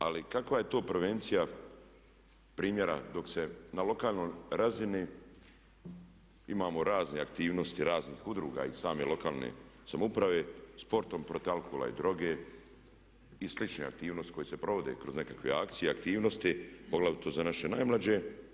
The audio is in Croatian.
Ali kakva je to prevencija primjera dok se na lokalnoj razini imamo razne aktivnosti raznih udruga i same lokalne samouprave, "Sportom protiv alkohola i droge" i slične aktivnosti koje se provode kroz nekakve akcije i aktivnosti poglavito za naše najmlađe.